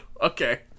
okay